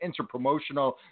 interpromotional